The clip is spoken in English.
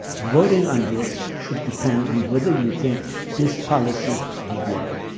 voting on this should depend on whether you think this policy will work.